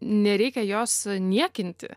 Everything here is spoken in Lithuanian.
nereikia jos niekinti